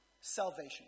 salvation